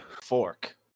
fork